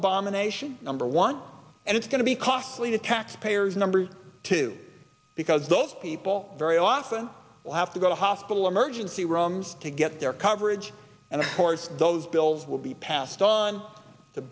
abomination number one and it's going to be costly to taxpayers number two because those people very often will have to go to hospital emergency rooms to get their coverage and of course those bills will be passed on to